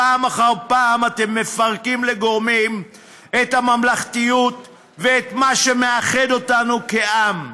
פעם אחר פעם אתם מפרקים לגורמים את הממלכתיות ואת מה שמאחד אותנו כעם.